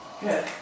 Good